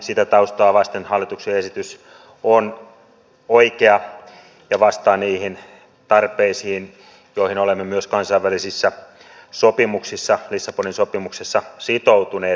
sitä taustaa vasten hallituksen esitys on oikea ja vastaa niihin tarpeisiin joihin olemme myös kansainvälisissä sopimuksissa lissabonin sopimuksessa sitoutuneet